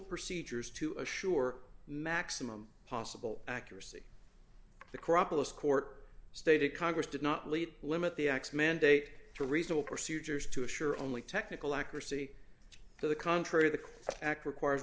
procedures to assure maximum possible accuracy the crop of this court stated congress did not leave limit the x mandate to reasonable procedures to assure only technical accuracy to the contrary the act require